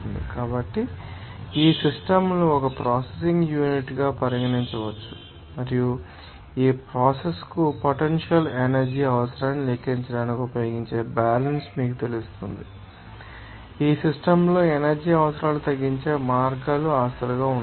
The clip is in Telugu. కాబట్టి ఈ సిస్టమ్ లను ఒక ప్రాసెసింగ్ యూనిట్గా కూడా పరిగణించవచ్చు మరియు ఈ ప్రోసెస్ కు పొటెన్షియల్ ఎనర్జీ అవసరాన్ని లెక్కించడానికి ఉపయోగించే బ్యాలెన్స్ మీకు తెలుస్తుంది మరియు అవి సిస్టమ్ ల్లో ఎనర్జీ అవసరాలను తగ్గించే మార్గాలుగా ఆస్తులుగా ఉండాలి